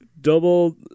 double